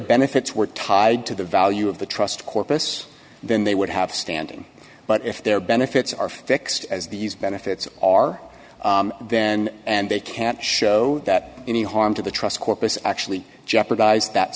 benefits were tied to the value of the trust corpus then they would have standing but if their benefits are fixed as these benefits are then and they can't show that any harm to the trust corpus actually jeopardize that